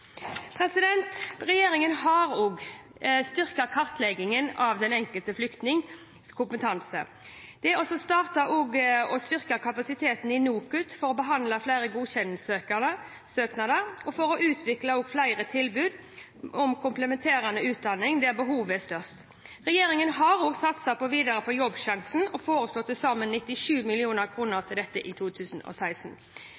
Regjeringen har også styrket kartleggingen av den enkelte flyktnings kompetanse ved å styrke kapasiteten i NOKUT for å behandle flere godkjenningssøknader og for å utvikle flere tilbud om kompletterende utdanning der behovet er størst. Regjeringen har også satset videre på Jobbsjansen og foreslår til sammen 97 mill. kr til dette i 2016.